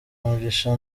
mugisha